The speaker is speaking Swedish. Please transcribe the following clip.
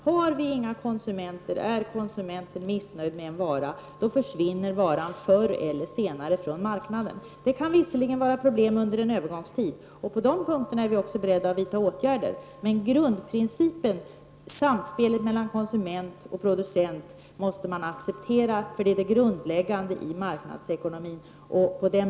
Finns det inga konsumenter till en vara eller om konsumenterna är missnöjda med en vara, försvinner den förr eller senare från marknaden. Det kan visserligen bli problem under en övergångstid. I det avseendet är vi också beredda att vidta åtgärder. Grundprincipen — samspelet mellan konsument och producent — måste man acceptera. Det är grunden i marknadsekonomin.